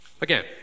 Again